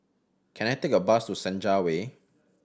can I take a bus to Senja Way